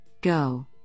Go